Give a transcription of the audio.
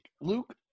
Luke